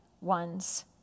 ones